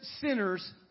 sinners